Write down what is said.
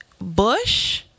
Bush